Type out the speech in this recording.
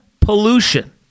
pollution